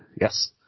Yes